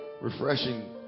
Refreshing